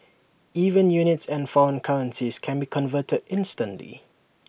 even units and foreign currencies can be converted instantly